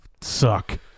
suck